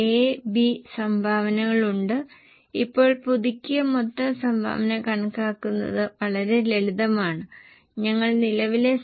അതിനാൽ ഈ ചോദ്യമനുസരിച്ച് 2015 ലേക്ക് കണക്കാക്കാൻ അവർ ഞങ്ങളോട് ആവശ്യപ്പെട്ടു എന്നാൽ ആദ്യം ഞങ്ങൾ അത് 2014 ന് ചെയ്തു